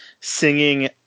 singing